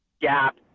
gap